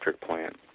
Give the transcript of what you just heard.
plant